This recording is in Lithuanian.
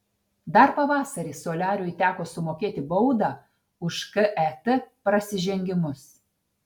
dar pavasarį soliariui teko sumokėti baudą už ket prasižengimus